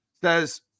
says